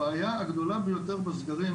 הבעיה הגדולה ביותר בסגרים,